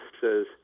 says